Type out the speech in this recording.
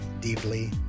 Deeply